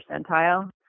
percentile